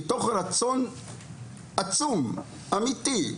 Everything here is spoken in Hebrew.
עם כל הרצון העצום והאמיתי,